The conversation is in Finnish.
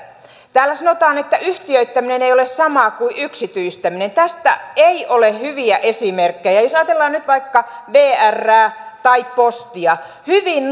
täällä sanotaan että yhtiöittäminen ei ole sama kuin yksityistäminen tästä ei ole hyviä esimerkkejä jos ajatellaan nyt vaikka vrää tai postia hyvin